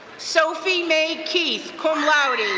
sophie may keith, cum laude,